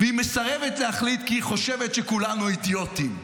והיא מסרבת להחליט כי היא חושבת שכולנו אידיוטים.